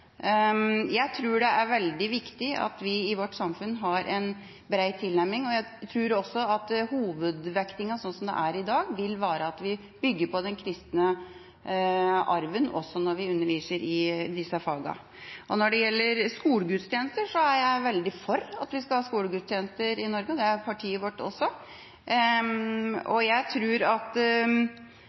Jeg tror det er veldig viktig at vi i vårt samfunn har en bred tilnærming. Jeg tror også at hovedvektingen slik den er i dag, vil være at vi bygger på den kristne arven også når vi underviser i disse fagene. Når det gjelder skolegudstjenester, er jeg – og partiet mitt – veldig for at vi skal ha skolegudstjenester i Norge. En diskusjon om dette må vi tåle, men vi bygger jo på den kristne kulturarv. Det